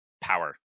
power